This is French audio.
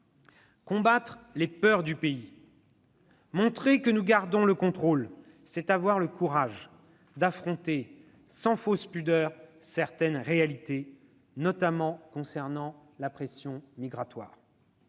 Combattre les peurs du pays, montrer que nous gardons le contrôle, c'est avoir le courage d'affronter sans fausse pudeur certaines réalités, notamment concernant la pression migratoire.